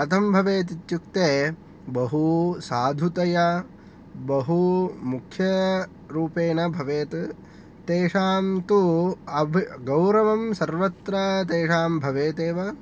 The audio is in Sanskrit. कथं भवेत् इत्युक्ते बहु साधुतया बहु मुख्यरूपेन भवेत् तेषां तु आवृ गौरवं सर्वत्र तेषां भवेतेव